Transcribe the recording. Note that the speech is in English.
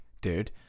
dude